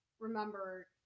remember